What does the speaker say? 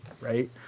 right